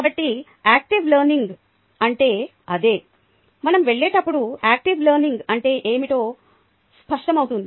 కాబట్టి యాక్టివ్ లెర్నింగ్అంటే అదే మనం వెళ్ళేటప్పుడు యాక్టివ్ లెర్నింగ్ అంటే ఏమిటో స్పష్టమవుతుంది